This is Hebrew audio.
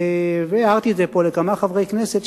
והערתי את זה לכמה חברי כנסת,